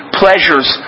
pleasures